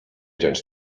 wziąć